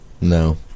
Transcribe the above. no